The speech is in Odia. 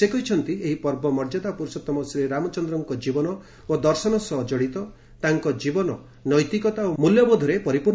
ସେ କହିଛନ୍ତି ଏହି ପର୍ବ ମର୍ଯ୍ୟାଦା ପୁର୍ଷୋତ୍ତମ ଶ୍ରୀରାମଚନ୍ଦ୍ରଙ୍କ ଜୀବନ ଓ ଦର୍ଶନ ସହ ଜଡ଼ିତ ଯାହାଙ୍କ ଜୀବନ ନୈତିକତା ଓ ମୂଲ୍ୟବୋଧରେ ଭରପୂର